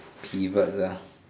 pivot lah